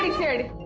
here to